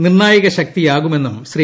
നിർണായക ശക്തിയാകുമെന്നും ശ്രീ